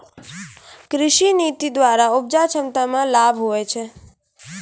कृषि नीति द्वरा उपजा क्षमता मे लाभ हुवै छै